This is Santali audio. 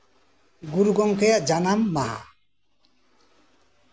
ᱜᱩᱨᱩ ᱜᱚᱝᱠᱮᱭᱟᱜ ᱡᱟᱱᱟᱢ ᱢᱟᱦᱟ